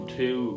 two